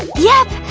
yep!